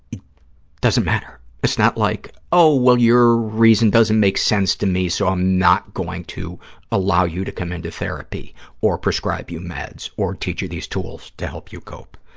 it doesn't matter. it's not like, oh, well, your reason doesn't make sense to me so i'm not going to allow you to come in to therapy or prescribe you meds or teach you these tools to help you cope.